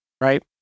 right